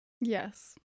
yes